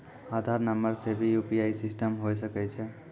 आधार नंबर से भी यु.पी.आई सिस्टम होय सकैय छै?